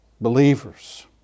believers